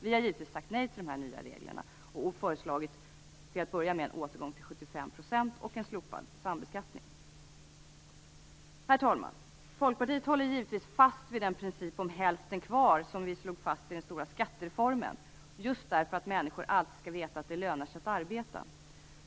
Vi har givetvis sagt nej till de nya reglerna och föreslagit, till att börja med, en återgång till 75 % och en slopad sambeskattning. Herr talman! Folkpartiet håller givetvis fast vid den princip om hälften kvar som vi slog fast i den stora skattereformen, just därför att människor alltid skall veta att det lönar sig att arbeta.